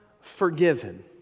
forgiven